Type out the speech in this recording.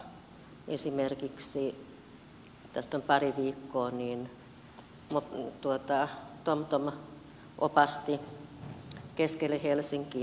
esimerkiksi tästä on pari viikkoa kun tomtom opasti keskelle helsinkiä